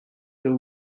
feel